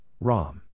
Rom